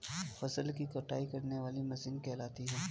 फसल की कटाई करने वाली मशीन कहलाती है?